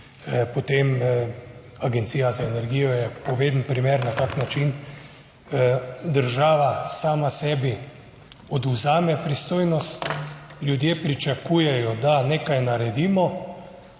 potem Agencija za energijo je povedan primer, na kakšen način država sama sebi odvzame pristojnost. Ljudje pričakujejo, da nekaj naredimo,